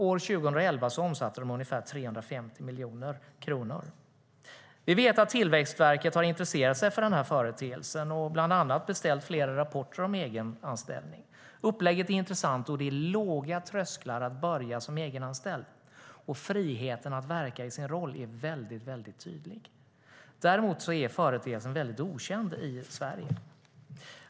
År 2011 omsatte de ungefär 350 miljoner kronor. Vi vet att Tillväxtverket har intresserat sig för den här företeelsen och bland annat beställt flera rapporter om egenanställning. Upplägget är intressant. Det är låga trösklar till att börja som egenanställd, och friheten att verka i sin roll är väldigt tydlig. Däremot är företeelsen väldigt lite känd i Sverige.